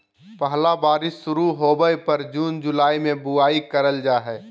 पहला बारिश शुरू होबय पर जून जुलाई में बुआई करल जाय हइ